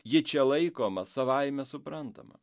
ji čia laikoma savaime suprantama